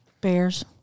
Bears